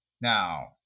Now